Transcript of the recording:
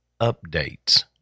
updates